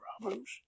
problems